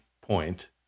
point